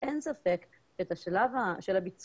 אין ספק שאת השלב של הביצוע,